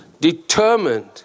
Determined